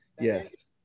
yes